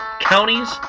counties